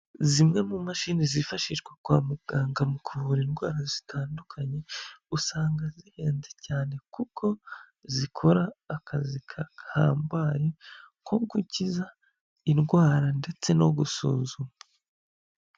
Zimwe mu mashini zifashishwa kwa muganga mu kuvura indwara zitandukanye, usanga zihenze cyane kuko zikora akazi gahambaye nko gukiza indwara ndetse no gusuzuma.